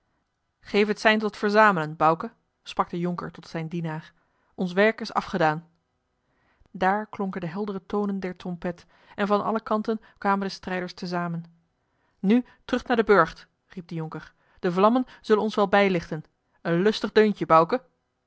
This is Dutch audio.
geef het sein tot verzamelen bouke sprak de jonker tot zijn dienaar ons werk is afgedaan daar klonken de heldere tonen der trompet en van alle kanten kwamen de strijders te zamen nu terug naar den burcht riep de jonker de vlammen zullen ons wel bijlichten een lustig deuntje bouke